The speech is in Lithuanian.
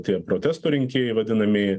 tie protesto rinkėjai vadinamieji